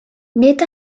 nid